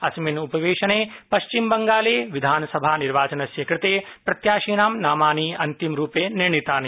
अस्मिन् उपवेशने पंश्चिमबंगाले विधानसभानिर्वाचनस्य कृते प्रत्याशिनां नामानि अन्तिमरुपे निर्णीतानि